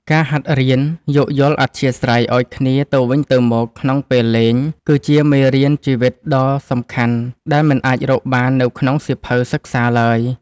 ការហាត់រៀនយោគយល់អធ្យាស្រ័យឱ្យគ្នាទៅវិញទៅមកក្នុងពេលលេង គឺជាមេរៀនជីវិតដ៏សំខាន់ដែលមិនអាចរកបាននៅក្នុងសៀវភៅសិក្សាឡើយ។